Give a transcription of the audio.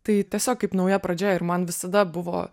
tai tiesiog kaip nauja pradžia ir man visada buvo